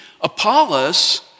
Apollos